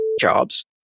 jobs